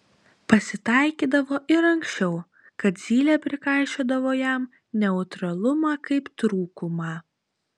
pasitaikydavo ir anksčiau kad zylė prikaišiodavo jam neutralumą kaip trūkumą